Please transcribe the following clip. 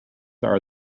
are